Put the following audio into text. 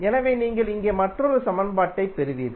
எனவே நீங்கள் இங்கே மற்றொரு சமன்பாட்டைப் பெறுவீர்கள்